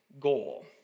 goal